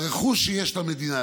ברכוש שיש למדינה.